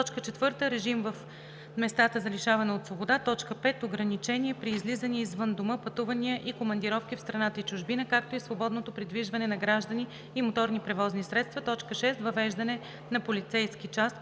заведения; 4. режимът в местата за лишаване от свобода; 5. ограничения при излизания извън дома, пътувания и командировки в страната и чужбина, както и свободното придвижване на граждани и моторни превозни средства; 6. въвеждане на полицейски час.“